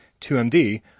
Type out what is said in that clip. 2MD